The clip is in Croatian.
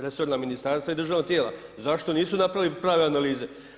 Resorna ministarstva i državna tijela zašto nisu napravili prave analize?